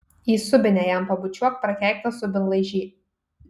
į subinę jam pabučiuok prakeiktas subinlaižy